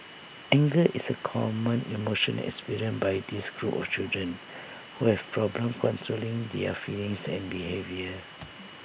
anger is A common emotion experienced by this group of children who have problems controlling their feelings and behaviour